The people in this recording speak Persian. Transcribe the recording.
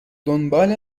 دنبال